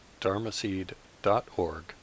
dharmaseed.org